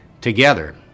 together